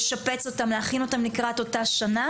לשפץ אותם ולהכין אותם לקראת אותה שנה